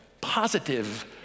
positive